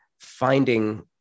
finding